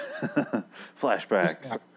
Flashbacks